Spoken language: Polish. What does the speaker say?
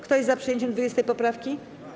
Kto jest za przyjęciem 20. poprawki?